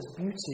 beauty